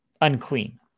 unclean